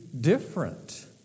different